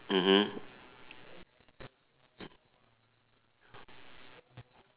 mmhmm